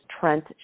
Trent